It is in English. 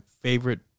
favorite